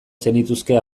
zenituzke